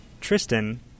Tristan